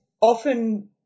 Often